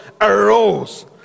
arose